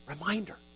Reminder